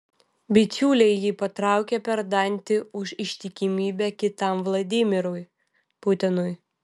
bičiuliai jį patraukia per dantį už ištikimybę kitam vladimirui putinui